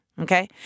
okay